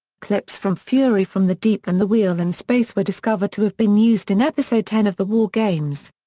clips from fury from the deep and the wheel in space were discovered to have been used in episode ten of the war games.